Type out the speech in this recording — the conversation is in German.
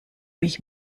mich